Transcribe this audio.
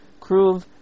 kruv